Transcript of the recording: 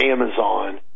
Amazon